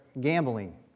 Gambling